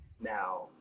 Now